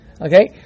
okay